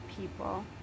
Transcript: people